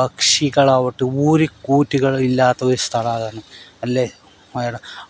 പക്ഷികൾ പോയിട്ട് ഒരു കൂറ്റ്കൾ ഇല്ലാത്ത ഒരു സ്ഥലത്താണ് അല്ലേ